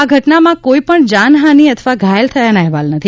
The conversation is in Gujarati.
આ ઘટનામાં કોઈ પણ જાનહાની અથવા ઘાયલ થયાના અહેવાલ નથી